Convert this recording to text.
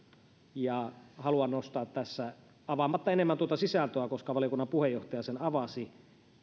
ja haluan nostaa tässä esille avaamatta enemmän tuota sisältöä koska valiokunnan puheenjohtaja sen avasi